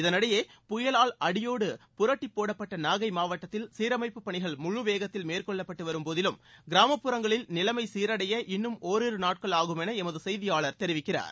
இதனிடையே புயலால் அடியோடு புரட்டிப்போடபட்ட நாகை மாவட்டத்தில் சீரமைப்புப்பணிகள் முழு வேகத்தில் மேற்கொள்ளப்பட்டு வரும் போதிலும் கிராமப்புறங்களில் நிலைமை சீரடைய இன்னும் ஒரிரு நாட்கள் ஆகும் என எமது செய்தியாளர் தெரிவிக்கிறார்